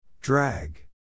Drag